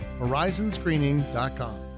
Horizonscreening.com